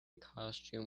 costume